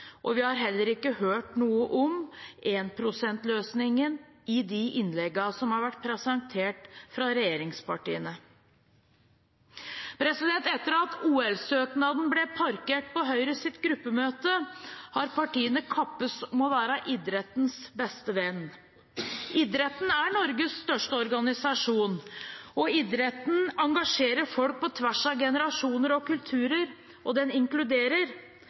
og vi har heller ikke hørt noe om 1 pst.-løsningen i de innleggene som har vært presentert fra regjeringspartiene. Etter at OL-søknaden ble parkert på Høyres gruppemøte, har partiene kappes om å være idrettens beste venn. Idretten er Norges største organisasjon, idretten engasjerer folk på tvers av generasjoner og kulturer, og den inkluderer.